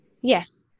Yes